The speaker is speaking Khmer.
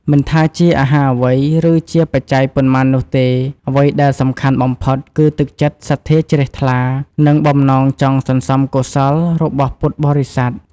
មិនថាជាអាហារអ្វី ឬជាបច្ច័យប៉ុន្មាននោះទេ អ្វីដែលសំខាន់បំផុតគឺទឹកចិត្តសទ្ធាជ្រះថ្លា និងបំណងចង់សន្សំកុសលរបស់ពុទ្ធបរិស័ទ។